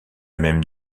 même